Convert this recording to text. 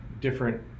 different